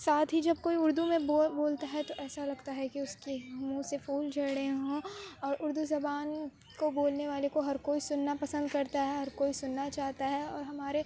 ساتھ ہی جب کوئی اُردو میں بول بولتا ہے تو ایسا لگتا ہے کہ اُس کے مُنہ سے پھول جھڑ رہے ہوں اور اُردو زبان کو بولنے والے کو ہر کوئی سُننا پسند کرتا ہے ہر کوئی سُننا چاہتا ہے اور ہمارے